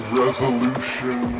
resolution